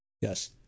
Yes